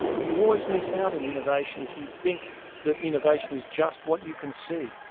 you always miss out in innovation if you think that innovation is just what you can see.